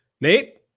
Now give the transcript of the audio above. Nate